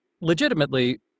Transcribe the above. legitimately